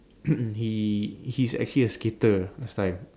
he he's actually a skater last time